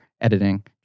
editing